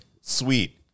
sweet